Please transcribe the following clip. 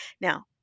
now